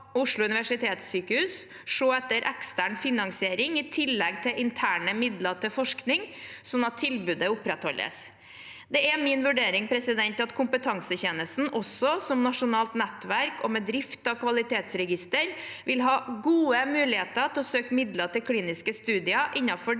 Oslo universitetssykehus se etter ekstern finansiering i tillegg til interne midler til forskning, slik at tilbudet opprettholdes. Det er min vurdering at kompetansetjenesten også som nasjonalt nettverk og med drift av kvalitetsregister vil ha gode muligheter til å søke midler til kliniske studier innenfor de